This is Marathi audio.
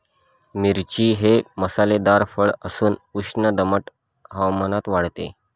मिरची हे मसालेदार फळ असून उष्ण दमट हवामानात वाढते